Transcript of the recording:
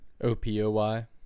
O-P-O-Y